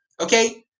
okay